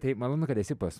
tai malonu kad esi pas